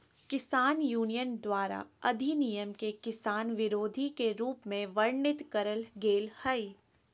किसान यूनियन द्वारा अधिनियम के किसान विरोधी के रूप में वर्णित करल गेल हई